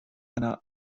einer